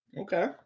Okay